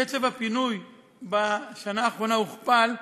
קצב הפינוי בשנה האחרונה הוכפל,